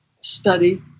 study